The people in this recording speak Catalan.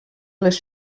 les